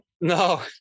No